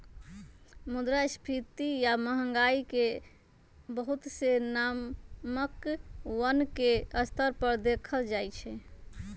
मुद्रास्फीती या महंगाई के बहुत से मानकवन के स्तर पर देखल जाहई